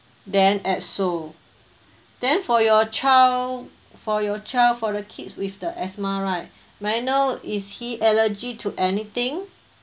then at seoul then for your child for your child for the kids with the asthma right may I know is he allergy to anything